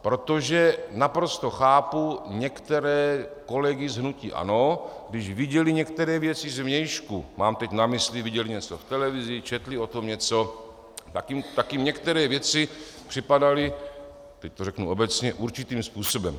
Protože naprosto chápu některé kolegy z hnutí ANO, když viděli některé věci zvnějšku, mám teď na mysli, viděli něco v televizi, četli o tom něco, tak jim některé věci připadaly, teď to řeknu obecně, určitým způsobem.